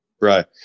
right